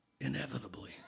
inevitably